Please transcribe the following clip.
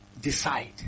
decide